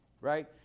right